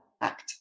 act